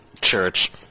church